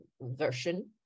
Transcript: version